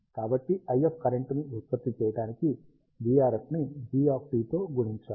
కాబట్టి IF current ని ఉత్పత్తి చేయడానికి vRF ని g తో గుణించాలి